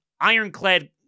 ironclad